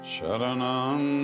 Sharanam